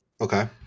okay